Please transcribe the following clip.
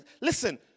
listen